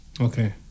Okay